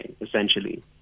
essentially